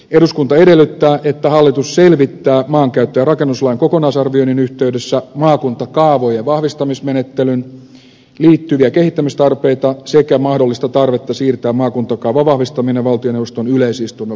eduskunta edellyttää että hallitus selvittää maankäyttö ja rakennuslain kokonaisarvioinnin yhteydessä maakuntakaavojen vahvistamismenettelyyn liittyviä kehittämistarpeita sekä mahdollista tarvetta siirtää maakuntakaavan vahvistaminen valtioneuvoston yleisistunnon päätettäväksi